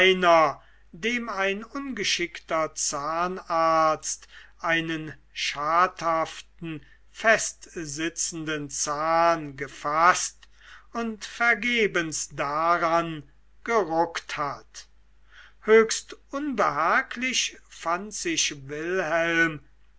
dem ein ungeschickter zahnarzt einen schadhaften festsitzenden zahn gefaßt und vergebens daran gerückt hat höchst unbehaglich fand sich wilhelm